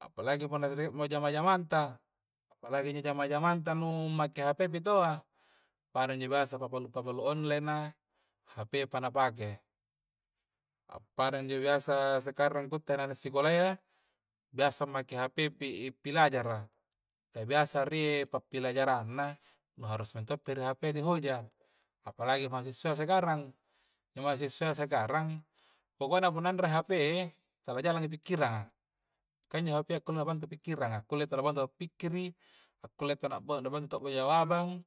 apalagi punna re'mo jamang-jamangta, apalagi jamang-jamangta nu make hapemi taua pada injo biasa pabalu-pabalu onlen na hapepa na pakai appada injo biasa sakarang ku itte ri anak sekolahya biasa make hape pi i pilajara, kah biasa rie pappilajara' na nu harus mintopi ri hape di hoja apalagi mahasiswa ya sekarang injo mahasiswa ya sekarang pokokna punna anre hape e tala jalangi pikkiranga kah injo hapea kulleki na bantu pikkiranga kulleki na bantu appikkiri akulleki ta bauang bantu bajo jawabang